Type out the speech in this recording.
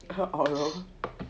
oral